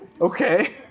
Okay